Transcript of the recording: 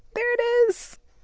there it is.